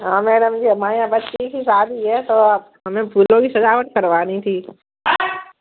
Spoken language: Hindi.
हाँ मैडम जी हमारे यहाँ बच्चे की शादी है तो आप हमें फूलों की सजावट करवानी थी